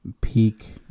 peak